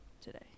today